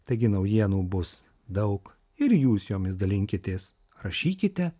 taigi naujienų bus daug ir jūs jomis dalinkitės rašykite